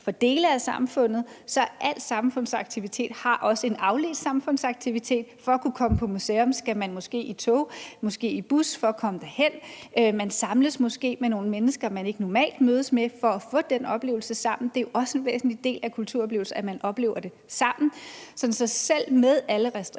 for dele af samfundet, har al samfundsaktivitet også en afledt samfundsaktivitet. For at kunne komme på museum skal man måske med tog eller bus for at komme derhen, og man samles måske med nogle mennesker, som man ikke normalt mødes med, for at få den oplevelse sammen – det er jo også en væsentlig del af kulturoplevelser, at man oplever dem sammen. Så selv med alle restriktioner